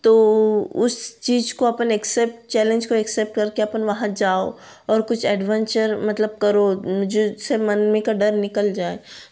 तो उस चीज़ को अपन एक्सेप्ट चैलेंज को एक्सेप्ट करके अपन वहाँ जाओ और कुछ एडवेंचर मतलब करो जिससे मन में का डर निकल जाए